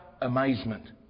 amazement